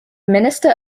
minister